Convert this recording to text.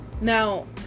Now